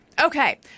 Okay